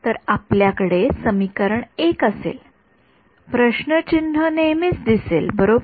तर आपल्याकडे समीकरण १ असेल नेहमीच दिसेल बरोबर